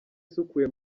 isukuye